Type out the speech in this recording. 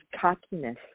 cockiness